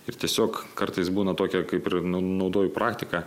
ir tiesiog kartais būna tokia kaip ir nau naudoju praktiką